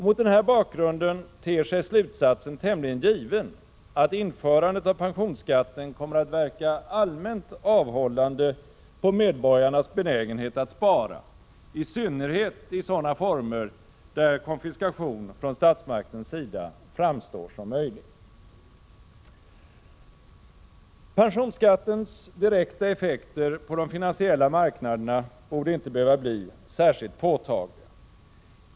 Mot denna bakgrund ter sig slutsatsen tämligen given, att införandet av pensionsskatten kommer att verka allmänt avhållande på medborgarnas benägenhet att spara, i synnerhet i sådana former där konfiskation från statsmaktens sida framstår som möjlig. Pensionsskattens direkta effekter på den finansiella marknaden borde inte behöva bli särskilt påtagliga.